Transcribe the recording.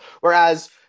whereas